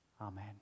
Amen